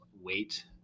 wait